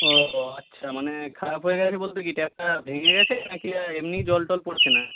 ও হো আচ্ছা মানে খারাপ হয়ে গেছে বলতে কি ট্যাপটা ভেঙে গেছে না কি এমনিই জল টল পড়ছে না